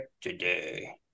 today